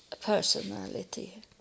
personality